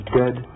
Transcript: dead